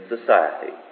society